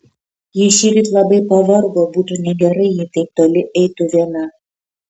ji šįryt labai pavargo būtų negerai jei taip toli eitų viena